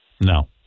No